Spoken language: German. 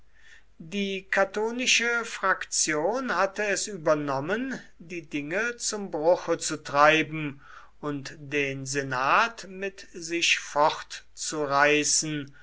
die catonische fraktion hatte es übernommen die dinge zum bruche zu treiben und den senat mit sich